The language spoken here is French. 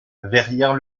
verrières